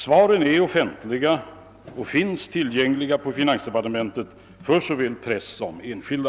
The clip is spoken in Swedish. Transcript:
Svaren är offentliga och finns tillgängliga på finansdepartementet för såväl press som enskilda.